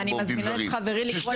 אני מזמינה את חברי לקרוא את